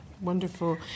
Wonderful